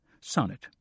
Sonnet